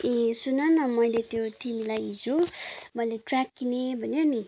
ए सुन न मैले त्यो तिमीलाई हिजो मैले ट्र्याक किनेँ भनेँ नि